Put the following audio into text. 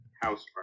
house